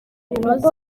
bunoze